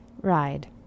ride